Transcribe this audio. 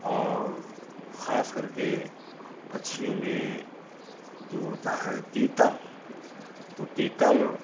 और खास करके पक्षियों में जो होता है तीतर तो तीतर